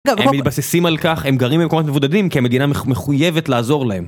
הם מתבססים על כך, הם גרים במקומות מבודדים כי המדינה מחויבת לעזור להם.